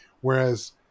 Whereas